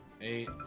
Eight